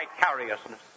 vicariousness